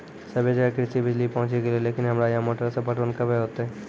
सबे जगह कृषि बिज़ली पहुंची गेलै लेकिन हमरा यहाँ मोटर से पटवन कबे होतय?